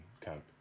camp